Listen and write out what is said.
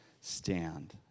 stand